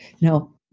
Now